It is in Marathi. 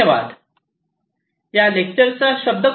धन्यवाद